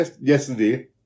yesterday